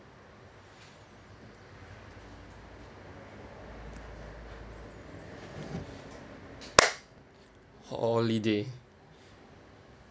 holiday